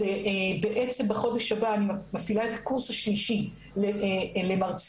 בחודש הבא אני מפעילה את הקורס השלישי למרצים